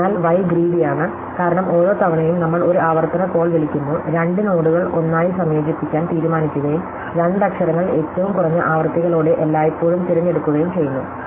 അതിനാൽ y ഗ്രീടിയാണ് കാരണം ഓരോ തവണയും നമ്മൾ ഒരു ആവർത്തന കോൾ വിളിക്കുമ്പോൾ രണ്ട് നോഡുകൾ ഒന്നായി സംയോജിപ്പിക്കാൻ തീരുമാനിക്കുകയും രണ്ട് അക്ഷരങ്ങൾ ഏറ്റവും കുറഞ്ഞ ആവൃത്തികളോടെ എല്ലായ്പ്പോഴും തിരഞ്ഞെടുക്കുകയും ചെയ്യുന്നു